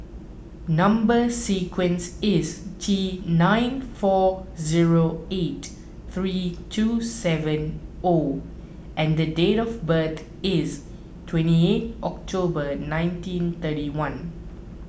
Number Sequence is T nine four zero eight three two seven O and date of birth is twenty eight October nineteen thirty one